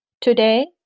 Today